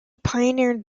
pioneered